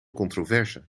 controverse